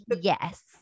yes